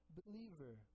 believer